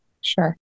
Sure